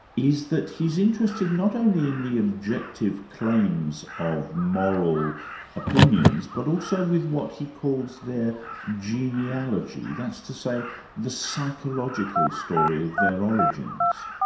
is that he's interested not only in the objective claims of moral opinions, but also with what he calls their genealogy, that's to say the psychological story of their origins.